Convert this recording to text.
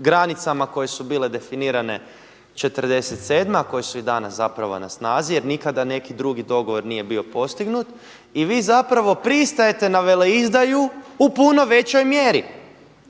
granicama koje su bile definira'47., a koje su i danas na snazi jer nikada neki drugi dogovor nije bio postignut i vi zapravo pristajete na veleizdaju u puno većoj mjeri.